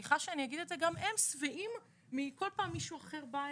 גם הם שבעים מזה שכל פעם מישהו אחר בא אליהם.